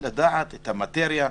לדעת את המטריה.